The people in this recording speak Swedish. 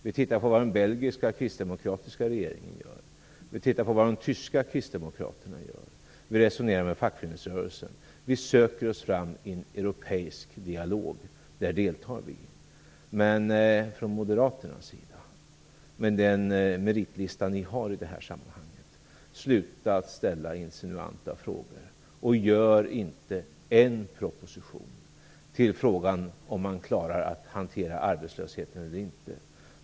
Vi tittar på vad den belgiska kristdemokratiska regeringen gör. Vi tittar på vad de tyska kristdemokraterna gör. Vi resonerar med fackföreningsrörelsen. Vi söker oss fram i en europeisk dialog. Där deltar vi. Men moderaterna bör, med den meritlista ni har i det här sammanhanget, sluta ställa insinuanta frågor. Låt inte en proposition bli till frågan om man klarar att hantera arbetslösheten eller inte.